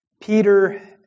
Peter